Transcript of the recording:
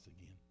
again